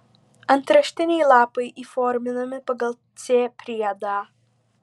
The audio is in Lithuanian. antraštiniai lapai įforminami pagal c priedą